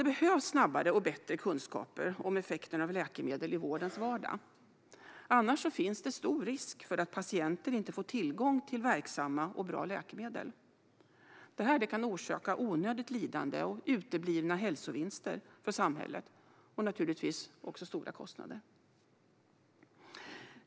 Det behövs snabbare och bättre kunskaper om effekten av läkemedel i vårdens vardag. Annars finns det risk för att patienter inte får tillgång till verksamma och bra läkemedel. Det kan orsaka onödigt lidande och uteblivna hälsovinster för samhället och naturligtvis också stora kostnader.